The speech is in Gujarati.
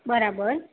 બરાબર